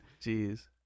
Jeez